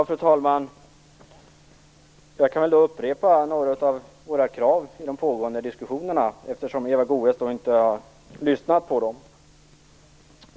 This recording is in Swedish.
Fru talman! Jag kan upprepa några av våra krav i de pågående diskussionerna, eftersom Eva Goës inte har lyssnat på dem.